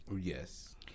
Yes